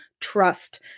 trust